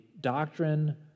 doctrine